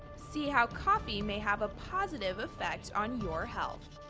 see how coffee may have a positive effect on your health.